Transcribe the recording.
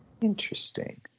Interesting